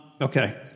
Okay